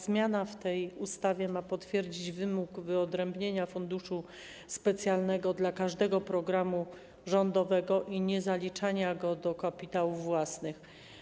Zmiana w tej ustawie ma potwierdzić wymóg wyodrębnienia funduszu specjalnego dla każdego programu rządowego i niezaliczania go do kapitałów własnych.